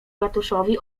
ratuszowi